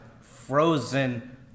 frozen